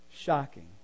shocking